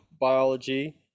biology